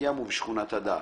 בבת-ים ובשכונת הדר.